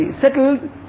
settled